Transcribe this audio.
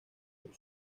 por